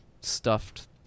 stuffed